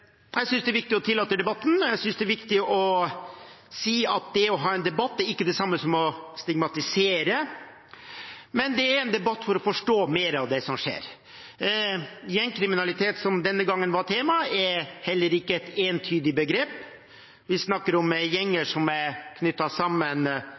Jeg synes det er viktig å tillate debatten, jeg synes det er viktig å si at det å ha en debatt ikke er det samme som å stigmatisere, men det er for å forstå mer av det som skjer. Gjengkriminalitet, som denne gangen var temaet, er heller ikke et entydig begrep. Vi snakker om